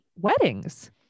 weddings